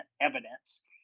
evidence